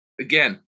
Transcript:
Again